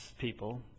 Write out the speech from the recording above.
people